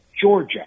Georgia